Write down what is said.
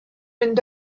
mynd